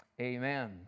amen